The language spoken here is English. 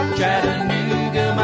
Chattanooga